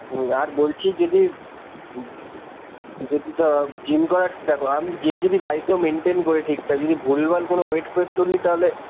হুম আর বলছি যদি যদি ধরো জিম করার দেখো আমি জিম যদি বাড়িতেও মেন্টেন করি ঠিকঠাক যদি ভুলভাল কোনো ওয়েট ফোয়েট তুলি তাহলে